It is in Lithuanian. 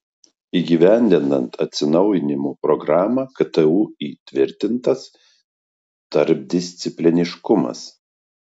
įgyvendinant atsinaujinimo programą ktu įtvirtintas tarpdiscipliniškumas